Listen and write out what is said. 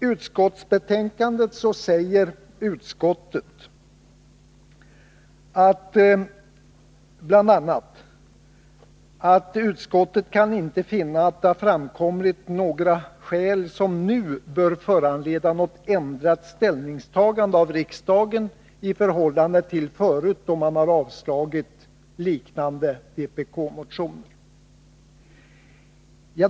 Utskottet säger i betänkandet bl.a. att utskottet inte kan finna att det framkommit några skäl som nu bör föranleda något ändrat ställningstagande av riksdagen jämfört med tidigare år, då man avstyrkt liknande vpkmotioner.